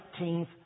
19th